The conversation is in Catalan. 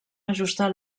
ajustar